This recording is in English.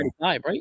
right